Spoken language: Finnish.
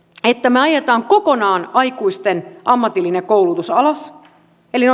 että me ajamme kokonaan aikuisten ammatillisen koulutuksen alas eli